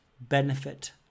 benefit